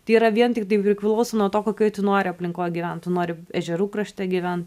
tai yra vien tiktai priklauso nuo to kokioj tu nori aplinkoj gyvent tu nori ežerų krašte gyven